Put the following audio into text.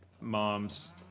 mom's